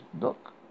look